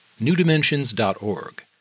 newdimensions.org